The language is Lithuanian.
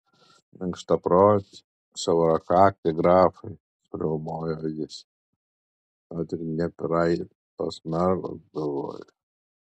minkštaproti siaurakakti grafai suriaumojo jis tau tik nepraimtos mergos galvoje